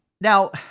Now